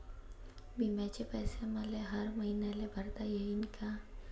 बिम्याचे पैसे मले हर मईन्याले भरता येईन का?